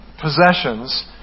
possessions